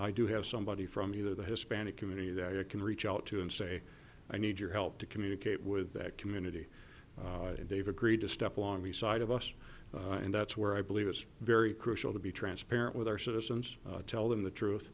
i do have somebody from either the hispanic community that i can reach out to and say i need your help to communicate with that community and they've agreed to step along the side of us and that's where i believe it's very crucial to be transparent with our citizens tell them the truth